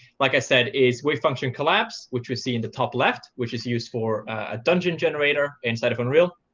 like i said, is wave function collapse, which we see in the top left, which is used for a dungeon generator inside of unreal.